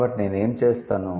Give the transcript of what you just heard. కాబట్టి నేను ఏమి చేస్తాను